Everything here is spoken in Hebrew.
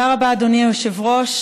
תודה רבה, אדוני היושב-ראש.